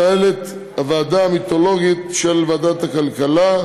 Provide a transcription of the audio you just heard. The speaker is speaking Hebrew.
מנהלת הוועדה המיתולוגית של ועדת הכלכלה,